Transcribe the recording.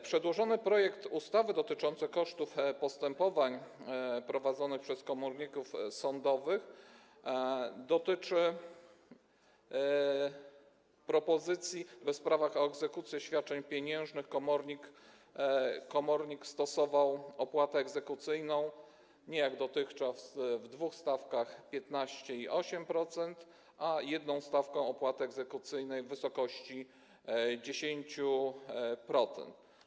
Przedłożony projekt ustawy dotyczący kosztów postępowań prowadzonych przez komorników sądowych zawiera propozycję, by w sprawach o egzekucję świadczeń pieniężnych komornik stosował opłatę egzekucyjną, nie jak dotychczas dwie stawki - 15% i 8%, a jedną stawkę opłaty egzekucyjnej w wysokości 10%.